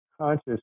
conscious